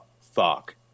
fuck